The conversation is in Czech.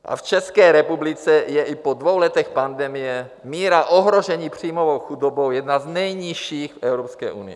A v České republice je i po dvou letech pandemie míra ohrožení příjmovou chudobou jedna z nejnižších v Evropské unii.